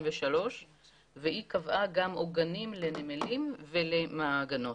והיא קבעה גם עוגנים לנמלים ולמעגנות.